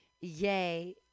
Yay